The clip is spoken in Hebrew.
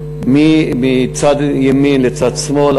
מצד ימין לצד שמאל,